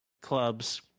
clubs